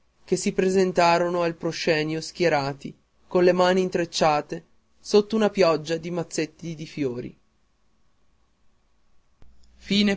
che si presentarono al proscenio schierati con le mani intrecciate sotto una pioggia di mazzetti di fiori